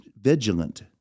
vigilant